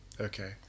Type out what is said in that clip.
Okay